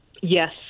Yes